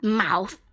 mouth